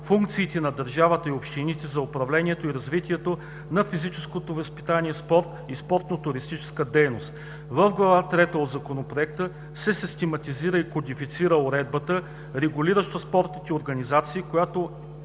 функциите на държавата и общините за управлението и развитието на физическото възпитание, спорта и спортно-туристическата дейност. В Глава трета от Законопроекта се систематизира и кодифицира уредбата, регулираща спортните организации, която